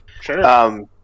Sure